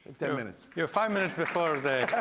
ten minutes. you're five minutes before